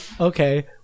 Okay